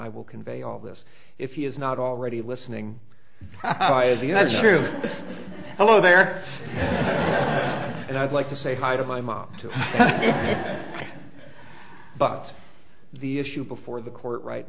i will convey all this if he has not already listening while you hello there and i'd like to say hi to my mom too but the issue before the court right